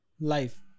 life